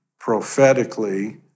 prophetically